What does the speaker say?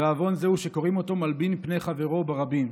ועוון זה הוא שקוראים אותו מלבין פני חברו ברבים.